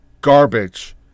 garbage